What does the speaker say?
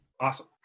Awesome